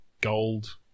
gold